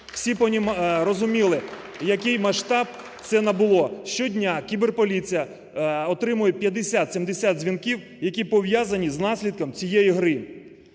всі розуміли, який масштаб це набуло: щодня кіберполіція отримує 50-70 дзвінків, які пов'язані з наслідком цієї гри.